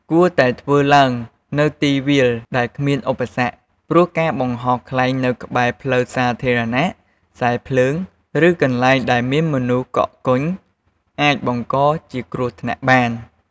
គួរតែធ្វើឡើងនៅទីវាលដែលគ្មានឧបសគ្គ ព្រោះការបង្ហោះខ្លែងនៅក្បែរ ផ្លូវសាធារណៈ ខ្សែភ្លើង ឬ កន្លែងដែលមានមនុស្សកកកុញ អាចបង្កជាគ្រោះថ្នាក់បាន។